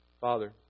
Father